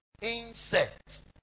insects